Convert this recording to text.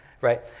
right